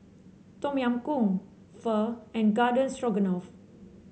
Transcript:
Tom Yam Goong Pho and Garden Stroganoff